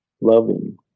loving